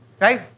Right